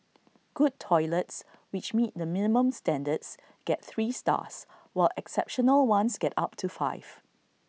good toilets which meet the minimum standards get three stars while exceptional ones get up to five